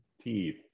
Teeth